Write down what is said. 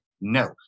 No